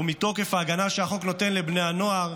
ומתוקף ההגנה שהחוק נותן לבני הנוער,